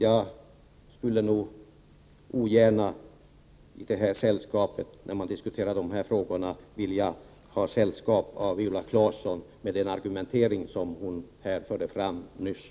Jag skulle nog ogärna i diskussionen om dessa frågor vilja ha sällskap med Viola Claesson med den argumentering som hon här nyss förde fram.